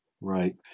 Right